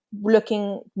looking